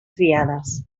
criades